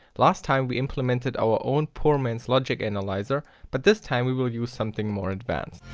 last time we implemented our own poor man's logic analyzer, but this time we will use something more advanced.